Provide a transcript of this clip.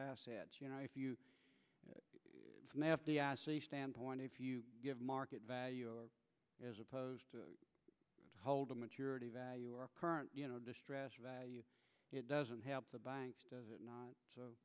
assets you know if you have the assay standpoint if you give market value or as opposed to hold a maturity value our current you know distressed value it doesn't help the banks does it not so